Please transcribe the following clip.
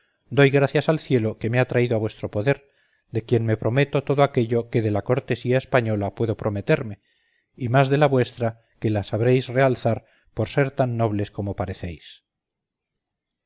doy gracias al cielo que me ha traído a vuestro poder de quien me prometo todo aquello que de la cortesía española puedo prometerme y más de la vuestra que la sabréis realzar por ser tan nobles como parecéis